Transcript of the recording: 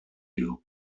you